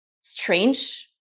strange